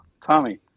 Tommy